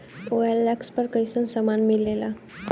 OLX पर कइसन सामान मीलेला?